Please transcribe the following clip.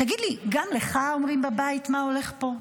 תגיד לי, גם לך אומרים בבית: מה הולך פה?